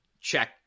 check